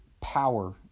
power